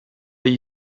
gli